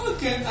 Okay